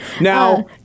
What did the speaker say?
Now